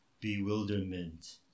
bewilderment